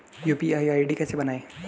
UPI ID कैसे बनाएं?